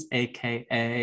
aka